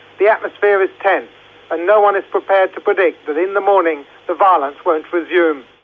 the atmosphere is tense and no-one is prepared to predict that in the morning the violence won't resume.